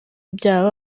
ibyaha